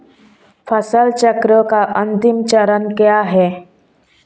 फसल चक्र का अंतिम चरण क्या है?